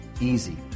easy